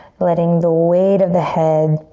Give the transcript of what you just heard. letting the weight of the head